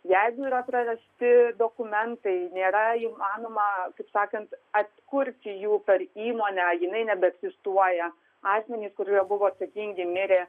jeigu yra prarasti dokumentai nėra įmanoma taip sakant atkurti jų per įmonę jinai nebeegzistuoja asmenys kur yra buvo atsakingi mirė